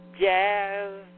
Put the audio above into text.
jazz